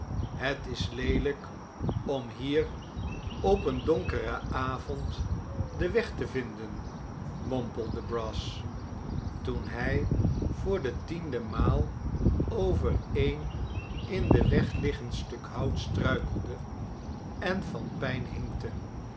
het is leelijk om hier op een donkeren avond den weg te vinden mompelde brass toen hij voor de tiende maal over een in den weg liggend stuk hout struikelde en van pijn hinkte